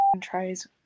tries